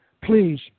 please